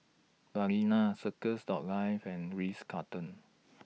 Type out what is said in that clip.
Balina Circles Dot Life and Ritz Carlton